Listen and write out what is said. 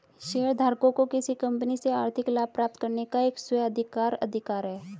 शेयरधारकों को किसी कंपनी से आर्थिक लाभ प्राप्त करने का एक स्व अधिकार अधिकार है